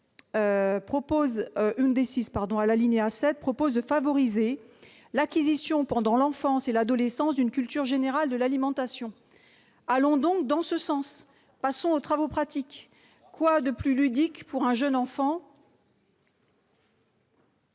11 prévoit de « favoriser l'acquisition pendant l'enfance et l'adolescence d'une culture générale de l'alimentation ». Allons dans ce sens et passons aux travaux pratiques ! Quoi de plus ludique pour un jeune enfant